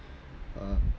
uh